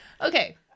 Okay